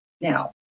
now